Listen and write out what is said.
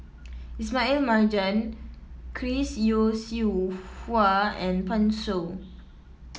Ismail Marjan Chris Yeo Siew Hua and Pan Shou